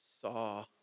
saw